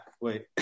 wait